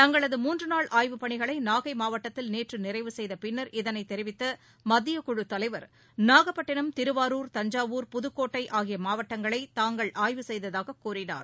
தங்களது மூன்று நாள் ஆய்வுப் பணிகளை நாகை மாவட்டத்தில் நேற்று நிறைவு செய்த பின்னர் இதனைத் தெரிவித்த மத்திய குழுத்தலைவர் நாகப்பட்டினம் திருவாரூர் தஞ்சாவூர் புதுக்கோட்டை ஆகிய மாவட்டங்களை தாங்கள் ஆய்வு செய்ததாக கூறினார்